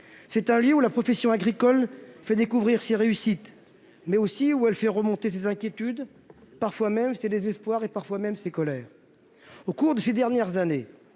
c'est un lieu où la profession agricole fait découvrir ses réussites mais aussi où elle fait remonter ses inquiétudes, parfois même ses désespoir et parfois même ses colères au cours de ces dernières années,